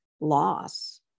loss